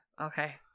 Okay